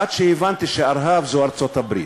עד שהבנתי שארה"ב זו ארצות-הברית.